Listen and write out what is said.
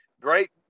great